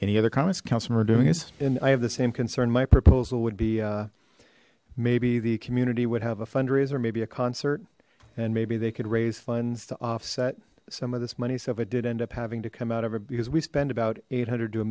any other comments councilman we're doing is and i have the same concern my proposal would be maybe the community would have a fundraiser maybe a concert and maybe they could raise funds to offset some of this money so if it did end up having to come out of it because we spend about eight hundred to a